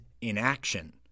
inaction